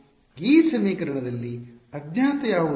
ಈ ಸಮೀಕರಣದಲ್ಲಿ ಅಜ್ಞಾತ ಯಾವುದು